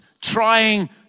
trying